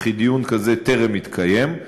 וכי דיון כזה טרם התקיים.